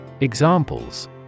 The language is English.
Examples